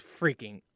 freaking